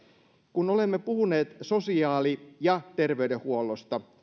kun olemme puhuneet sosiaali ja terveydenhuollosta